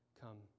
come